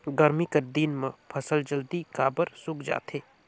गरमी कर दिन म फसल जल्दी काबर सूख जाथे?